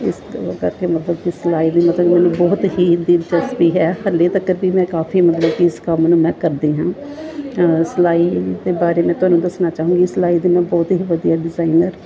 ਇਸ ਕਰ ਕਰਕੇ ਮਤਲਬ ਕਿ ਸਿਲਾਈ ਵੀ ਮਤਲਬ ਮੈਨੂੰ ਬਹੁਤ ਹੀ ਦਿਲਚਸਪੀ ਹੈ ਹਾਲੇ ਤੀਕਰ ਵੀ ਮੈਂ ਕਾਫੀ ਮਤਲਬ ਕਿ ਇਸ ਕੰਮ ਨੂੰ ਮੈਂ ਕਰਦੀ ਹਾਂ ਸਿਲਾਈ ਦੇ ਬਾਰੇ ਮੈਂ ਤੁਹਾਨੂੰ ਦੱਸਣਾ ਚਾਹੂੰਗੀ ਸਿਲਾਈ ਦਾ ਮੈਂ ਬਹੁਤ ਹੀ ਵਧੀਆ ਡਿਜ਼ਾਈਨਰ